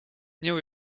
new